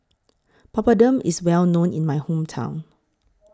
Papadum IS Well known in My Hometown